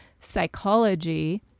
psychology